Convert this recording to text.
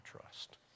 trust